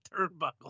turnbuckle